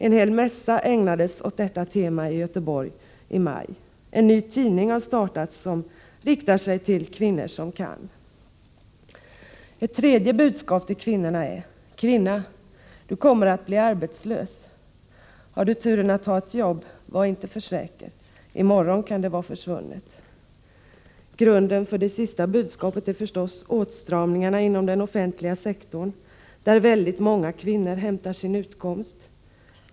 En hel mässa ägnades detta tema i Göteborg i maj. En ny tidning har startats som riktar sig till kvinnor som kan. Ett tredje budskap till kvinnorna är: Kvinna, du kommer att bli arbetslös. Har du turen att ha ett jobb — var inte för säker! I morgon kan det vara försvunnet. Grunden för det budskapet är förstås åtstramningarna inom den offentliga sektorn, där väldigt många kvinnor hämtar sin utkomst.